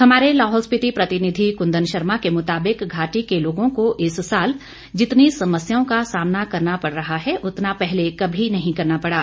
हमारे लाहौल स्पीति प्रतिनिधि कुंदन शर्मा के मुताबिक घाटी के लोगों को इस साल जितनी समस्याओं का सामना करना पड़ रहा है उतना पहले कभी नहीं करना पड़ा